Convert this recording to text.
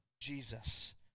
Jesus